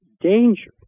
danger